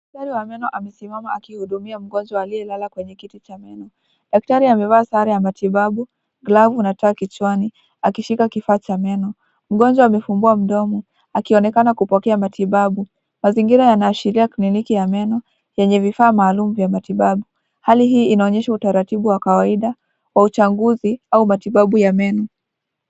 Daktari wa meno amesimama akihudumia mgonjwa aliyelala kwenye kiti cha meno. Daktari amevaa sare ya matibabu, glavu na taa kichwani, akishika kifaa cha meno. Mgonjwa amefungua mdomo, akionekana kupokea matibabu. Mazingira yanaashiria kliniki ya meno, yenye vifaa maalumu vya matibabu. Hali hii inaonyesha utaratibu wa kawaida wa uchanguzi au matibabu ya meno.